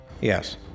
Yes